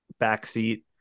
backseat